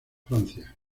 francia